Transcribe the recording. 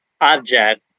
object